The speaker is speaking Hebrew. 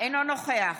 אינו נוכח